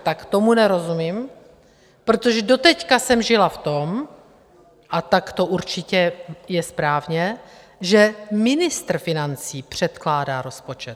Tak tomu nerozumím, protože doteď jsem žila v tom a tak to určitě je správně že ministr financí předkládá rozpočet.